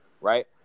right